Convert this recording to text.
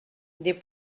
des